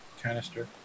canister